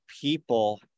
people